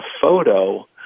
photo